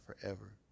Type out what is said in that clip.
forever